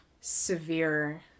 severe